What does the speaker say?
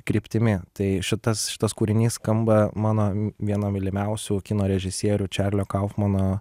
kryptimi tai šitas šitas kūrinys skamba mano vieno mylimiausių kino režisierių čarlio kaufmano